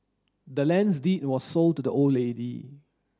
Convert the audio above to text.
the land's deed was sold to the old lady